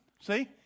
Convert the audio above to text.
see